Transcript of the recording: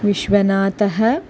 विश्वनाथः